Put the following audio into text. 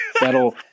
that'll